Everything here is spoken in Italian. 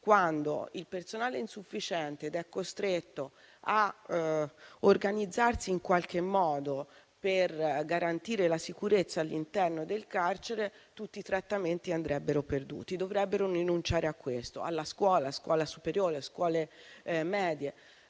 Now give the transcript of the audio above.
Quando il personale è insufficiente ed è costretto a organizzarsi in qualche modo per garantire la sicurezza all'interno del carcere, tutti i trattamenti vengono perduti. Si dovrebbe quindi rinunciare alla scuola media e superiore e sarebbe